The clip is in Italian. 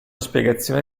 spiegazione